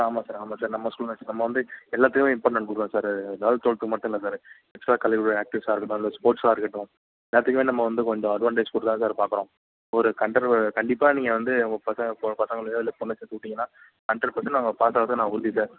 ஆமாம் சார் ஆமாம் சார் நம்ம ஸ்கூல் நம்ம வந்து எல்லாத்துக்கும் இம்பார்ட்டண்ட் கொடுக்குறோம் சார் லவல்த்து டுவெல்த்துக்கு மட்டுமில்ல சார் எக்ஸ்ட்ரா கரிக்குலர் ஆக்டிவிட்டிசாருக்கட்டும் இல்லை ஸ்போட்ஸ்ஸாருக்கட்டும் எல்லாத்துக்கும் நம்ம வந்து கொஞ்சம் அட்வான்டேஜ் கொடுத்து தான் சார் பார்க்குறோம் ஒரு கண்டிப்பாக நீங்கள் வந்து உங்கள் பசங்களையோ இல்லை பொண்ணை சேத்துவிட்டிங்கன்னா ஹண்ட்ரட் பர்சன்ட் அவங்க பாசாவுறதுக்கு நான் உறுதி சார்